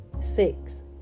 Six